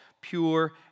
pure